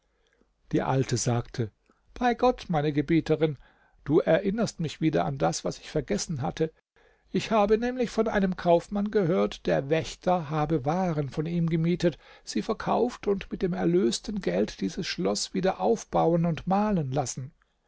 die alte sagte bei gott meine gebieterin du erinnerst mich wieder an das was ich vergessen hatte ich habe nämlich von einem kaufmann gehört der wächter habe waren von ihm gemietet sie verkauft und mit dem erlösten geld dieses schloß wieder aufbauen und malen lassen